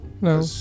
No